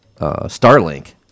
Starlink